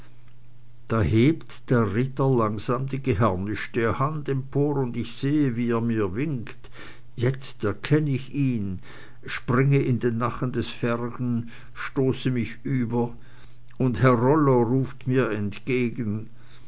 da hebt der ritter langsam die geharnischte hand empor und ich sehe wie er mir winkt jetzt erkenn ich ihn springe in den nachen des fergen stoße mich über und herr rollo ruft mir entgegen